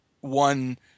one